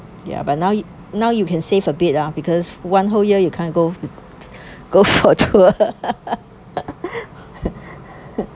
ya but now now you can save a bit ah because one whole year you can't go go for tour